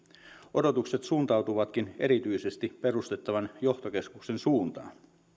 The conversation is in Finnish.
odotukset suuntautuvatkin erityisesti perustettavan johtokeskuksen suuntaan